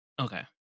Okay